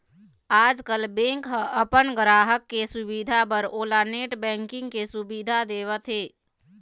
आजकाल बेंक ह अपन गराहक के सुबिधा बर ओला नेट बैंकिंग के सुबिधा देवत हे